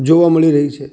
જોવા મળી રહી છે